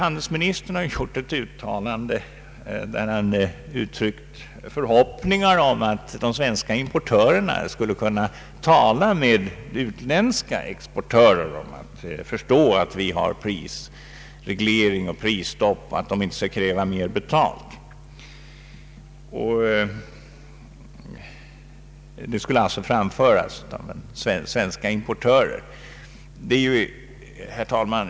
Handelsministern har gjort ett uttalande i vilket han uttryckt förhoppningar om att de svenska importörerna skulle kunna tala med utländska exportörer, få dem att förstå att vi har prisreglering och prisstopp, och att de inte skall kräva mer betalt för sina varor. Det skulle alltså framföras av svenska importörer!